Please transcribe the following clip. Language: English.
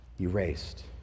erased